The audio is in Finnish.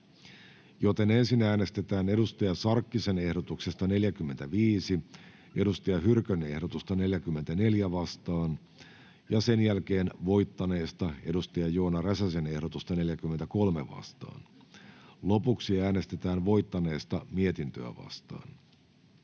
joten ensin äänestetään Hanna Sarkkisen ehdotuksesta 45 Saara Hyrkön ehdotusta 44 vastaan ja sen jälkeen voittaneesta Joona Räsäsen ehdotusta 43 vastaan. Lopuksi äänestetään voittaneesta ehdotuksesta